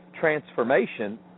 transformation